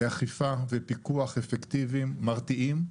אכיפה ופיקוח אפקטיביים, מרתיעים,